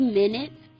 minutes